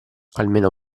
almeno